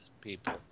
people